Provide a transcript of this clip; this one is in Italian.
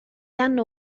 hanno